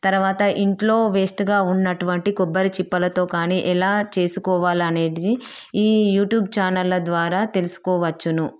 తర్వాత ఇంట్లో వేస్ట్గా ఉన్నటువంటి కొబ్బరి చిప్పలతో కానీ ఎలా చేసుకోవాలనేది ఈ యూట్యూబ్ ఛానళ్ళ ద్వారా తెలుసుకోవచ్చును